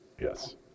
Yes